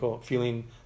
feeling